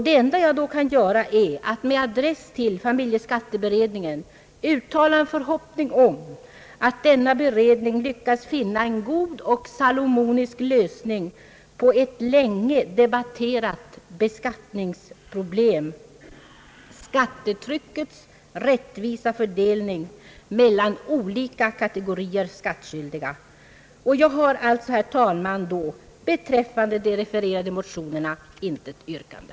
Det enda jag då kan göra är att med adress till familjeskatteberedningen uttala en förhoppning om att denna beredning lyckas finna en god och salomonisk lösning på ett länge debatterat beskattningsproblem — skattetryckets rättvisa fördelning mellan olika kategorier skattskyldiga. Jag har alltså, herr talman, beträffande de refererade motionerna intet yrkande.